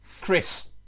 Chris